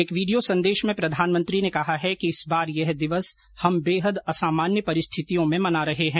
एक वीडियो संदेश में प्रधानमंत्री ने कहा है कि इस बार यह दिवस हम बेहद असामान्य परिस्थितियों में मना रहे हैं